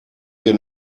wir